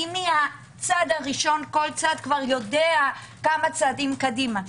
מהצעד הראשון כל צד יודע כמה צעדים קדימה.